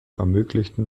ermöglichten